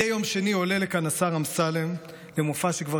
מדי יום שני עולה לכאן השר אמסלם למופע שכבר